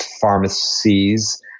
pharmacies